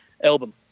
album